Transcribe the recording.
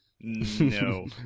No